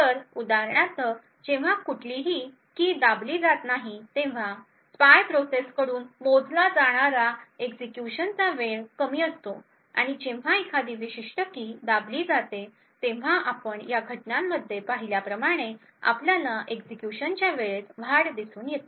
तर उदाहरणार्थ जेव्हा कुठलीही की दाबली जात नाही तेव्हा स्पाय प्रोसेस कडून मोजला जाणारा एक्झिक्युशनचा वेळ कमी असतो आणि जेव्हा एखादी विशिष्ट की दाबली जाते तेव्हा आपण या घटनांमध्ये पाहिल्याप्रमाणे आपल्याला एक्झिक्युशनच्या वेळेत वाढ दिसून येते